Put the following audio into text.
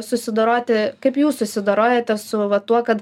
susidoroti kaip jūs susidorojate su va tuo kad